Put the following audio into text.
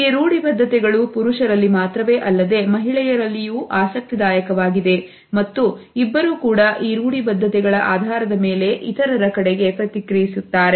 ಈ ರೂಢಿ ಬದ್ಧತೆಗಳು ಪುರುಷರಲ್ಲಿ ಮಾತ್ರವೇ ಅಲ್ಲದೆ ಮಹಿಳೆಯರಲ್ಲಿಯೂ ಆಸಕ್ತಿದಾಯಕವಾಗಿದೆ ಮತ್ತು ಇಬ್ಬರೂ ಕೂಡ ಈ ರೂಢಿ ಬದ್ಧತೆಗಳ ಆಧಾರದ ಮೇಲೆ ಇತರರ ಕಡೆಗೆ ಪ್ರತಿಕ್ರಿಯಿಸುತ್ತಾರೆ